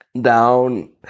down